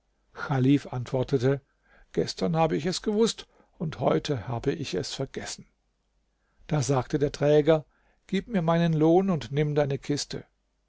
chalif antwortete gestern habe ich es gewußt und heute habe ich es vergessen da sagte der träger gib mir meinen lohn und nimm deine kiste